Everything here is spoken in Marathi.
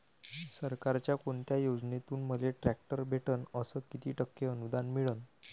सरकारच्या कोनत्या योजनेतून मले ट्रॅक्टर भेटन अस किती टक्के अनुदान मिळन?